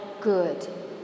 good